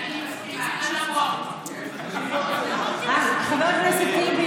אני מסכים, חבר הכנסת טיבי,